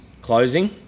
closing